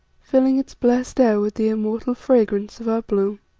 filling its blest air with the immortal fragrance of our bloom.